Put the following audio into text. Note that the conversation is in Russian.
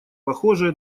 похожее